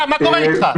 מה קורה איתך?